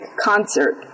concert